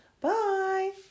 bye